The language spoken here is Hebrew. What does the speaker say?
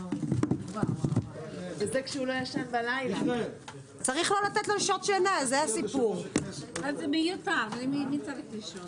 הישיבה ננעלה בשעה 13:10.